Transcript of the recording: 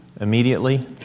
immediately